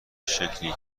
شکلی